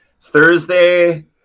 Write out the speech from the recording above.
thursday